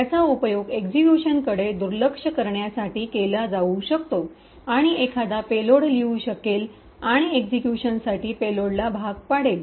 याचा उपयोग एक्सिक्यूशनकडे दुर्लक्ष सबव्हरट - subvert करण्यासाठी केला जाऊ शकतो आणि एखादा पेलोड लिहू शकेल आणि एक्सिक्यूशनसाठी पेलोडला भाग पाडेल